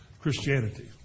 Christianity